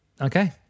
okay